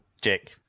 Jake